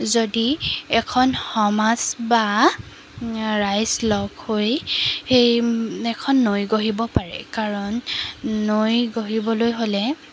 যদি এখন সমাজ বা ৰাইজ লগ হৈ সেই এখন নৈ গঢ়িব পাৰে কাৰণ নৈ গঢ়িবলৈ হ'লে